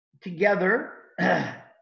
together